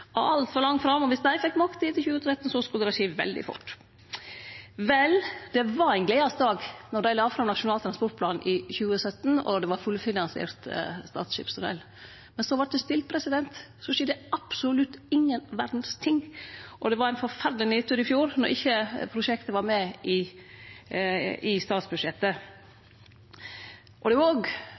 langt fram – og om dei fekk makta etter 2013, skulle det skje veldig fort. Vel, det var ein gledesdag då dei la fram Nasjonal transportplan i 2017 og Stad skipstunnel var fullfinansiert. Men så vart det stilt, det skjedde absolutt ingenting, og det var ein forferdeleg nedtur i fjor når prosjektet ikkje var med i statsbudsjettet. Det er